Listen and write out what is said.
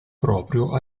proprio